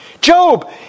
Job